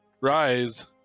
Rise